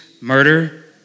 murder